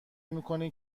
میکنی